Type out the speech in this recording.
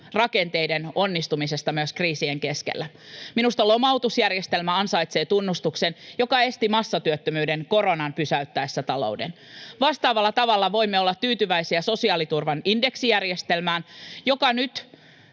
rakenteiden onnistumisesta myös kriisien keskellä. Minusta lomautusjärjestelmä ansaitsee tunnustuksen: se esti massatyöttömyyden koronan pysäyttäessä talouden. Vastaavalla tavalla voimme olla tyytyväisiä sosiaaliturvan indeksijärjestelmään, joka nyt